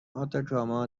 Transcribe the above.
آتاکاما